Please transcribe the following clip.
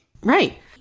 Right